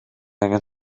angen